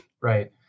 Right